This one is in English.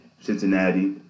Cincinnati